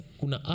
kuna